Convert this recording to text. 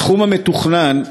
הסכום המתוכנן,